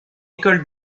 école